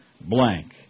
blank